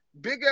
big